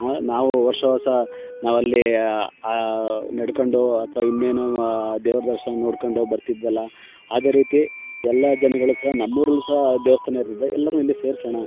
ನಾವು ವರ್ಷ ವರ್ಷ ನಾವಲ್ಲಿ ನಡ್ಕೊಂಡು ಅಥ್ವಾ ಇನ್ನೇನು ದೇವರ ದರ್ಶನ ನೋಡಿಕೊಂಡು ಬರ್ತಿದ್ದೆವಲ್ಲ ಅದೆ ರೀತಿ ಎಲ್ಲ ಜನಗಳೂ ಸಹ ನಮ್ಮೂರಲ್ಲೂ ಸಹ ದೇವಸ್ಥಾನ ಇರೋದರಿಂದ ಎಲ್ಲರೂ ಇಲ್ಲ ಸೇರಿಸೋಣ